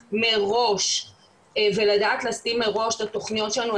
מראש ולדעת להסדיר מראש את התוכניות שלנו.